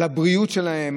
על הבריאות שלהם,